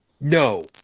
No